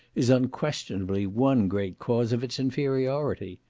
is unquestionably one great cause of its inferiority.